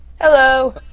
Hello